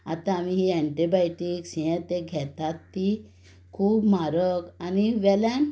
आतां आमी हीं एंटिबायटिक्स हें तें घेतात तीं खूब म्हारग आनी वेल्यान